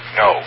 no